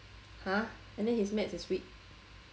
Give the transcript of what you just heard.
!huh! and then his maths is weak